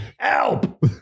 Help